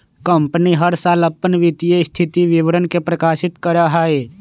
company हर साल अपन वित्तीय स्थिति विवरण के प्रकाशित करा हई